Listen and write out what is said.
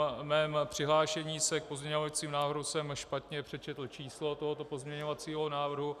V mém přihlášení se k pozměňovacímu návrhu jsem špatně přečetl číslo pozměňovacího návrhu.